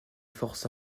forces